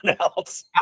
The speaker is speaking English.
else